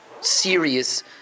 serious